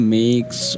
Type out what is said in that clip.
makes